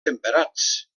temperats